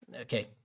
Okay